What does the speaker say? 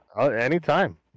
anytime